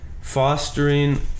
fostering